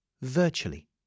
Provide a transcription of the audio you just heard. virtually